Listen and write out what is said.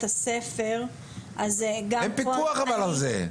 בבית הספר, אז גם -- אין פיקוח על זה.